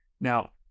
Now